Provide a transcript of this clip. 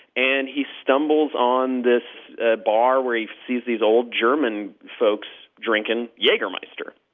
and he stumbles on this bar where he sees these old german folks drinking jagermeister,